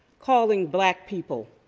calling black people,